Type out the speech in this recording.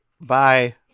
bye